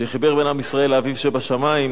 שחיבר בין עם ישראל לאביו שבשמים,